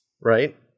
right